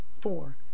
four